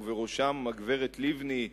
ובראשם הגברת לבני,